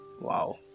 Wow